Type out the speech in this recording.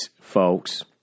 folks